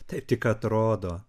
taip tik atrodo